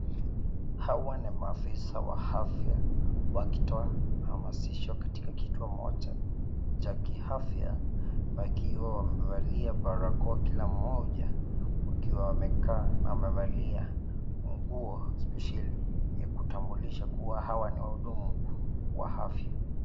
Hawa ni maafisa wa afya wakitoa hamasisho katika kituo moja cha kiafya wakiwa wamevalia barakoa kila mmoja wakiwa wamekaa wamevalia nguo spesheli ya kutambulisha kuwa hawa ni wahudumu wa afya.